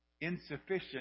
insufficient